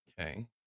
Okay